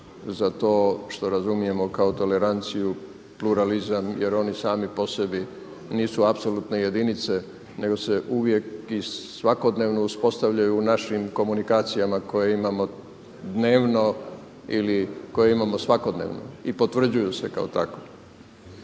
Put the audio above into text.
za to što razumijemo kao toleranciju, pluralizam, jer oni sami po sebi nisu apsolutne jedinice nego se uvijek i svakodnevno uspostavljaju u našim komunikacijama koje imamo dnevno ili koje imamo svakodnevno i potvrđuju se kao takve.